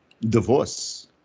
divorce